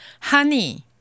Honey